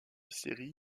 série